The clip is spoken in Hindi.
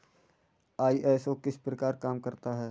आई.एस.ओ किस प्रकार काम करता है